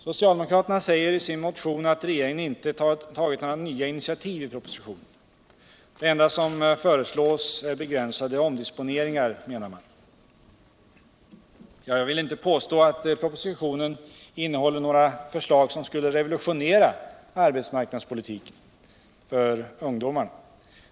Socialdemokraterna säger i sin motion att regeringen inte tagit några nya initiativ i propositionen. Det enda som föreslås är begränsade omdisponeringar, menar man. Jag vill inte påstå att propositionen innehåller några förslag, som skulle revolutionera arbetsmarknadspolitiken för ungdom.